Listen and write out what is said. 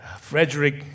Frederick